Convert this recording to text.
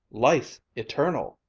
life eternal!